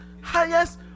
highest